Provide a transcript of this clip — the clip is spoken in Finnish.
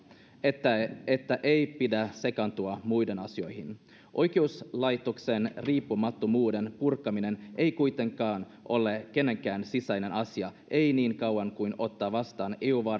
että että ei pidä sekaantua muiden asioihin oikeuslaitoksen riippumattomuuden purkaminen ei kuitenkaan ole kenenkään sisäinen asia ei niin kauan kuin ottaa vastaan eu